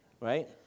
right